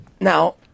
Now